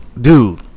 dude